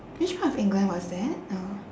which part of england was that oh